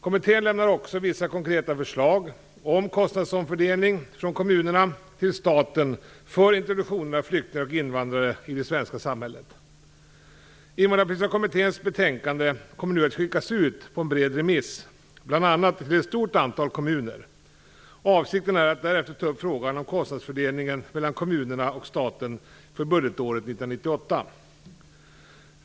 Kommittén lämnar också vissa konkreta förslag om kostnadsomfördelning från kommunerna till staten för introduktionen av flyktingar och invandrare i det svenska samhället. Invandrarpolitiska kommitténs betänkande kommer nu att skickas ut på en bred remiss, bl.a. till ett stort antal kommuner. Avsikten är att därefter ta upp frågan om kostnadsfördelningen mellan kommunerna och staten inför budgetåret 1998.